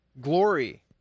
glory